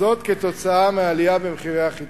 זאת כתוצאה מעלייה במחירי החיטה.